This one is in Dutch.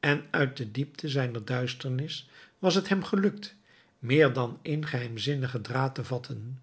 en uit de diepte zijner duisternis was het hem gelukt meer dan één geheimzinnigen draad te vatten